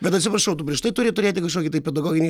bet atsiprašau tu prieš tai turi turėti kažkokį tai pedagoginį